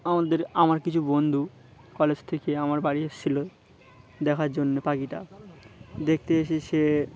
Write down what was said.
আমাদের আমার কিছু বন্ধু কলেজ থেকে আমার বাড়ি এসেছিলো দেখার জন্যে পাখিটা দেখতে এসে সে